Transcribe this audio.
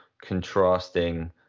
contrasting